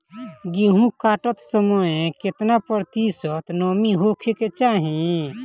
गेहूँ काटत समय केतना प्रतिशत नमी होखे के चाहीं?